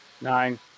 Nine